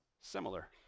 similar